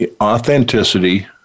authenticity